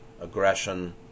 aggression